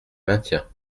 maintiens